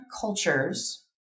cultures